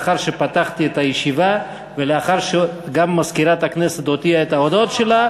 לאחר שפתחתי את הישיבה ולאחר שגם מזכירת הכנסת הודיעה את ההודעות שלה,